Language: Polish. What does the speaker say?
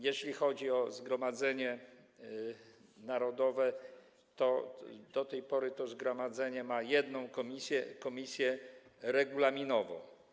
Jeśli chodzi o Zgromadzenie Narodowe, to do tej pory to zgromadzenie ma jedną komisję, Komisję Regulaminową.